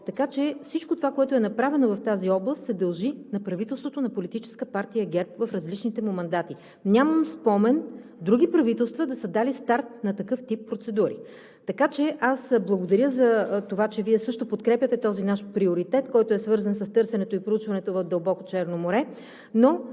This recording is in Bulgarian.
Така че всичко това, което е направено в тази област, се дължи на правителството на Политическа партия ГЕРБ в различните му мандати. Нямам спомен други правителства да са дали старт на такъв тип процедури. Аз благодаря за това, че Вие също подкрепяте този наш приоритет, свързан с търсенето и проучването в дълбоко Черно море,